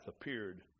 appeared